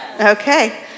Okay